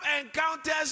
encounters